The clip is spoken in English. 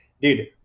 dude –